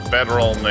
Federal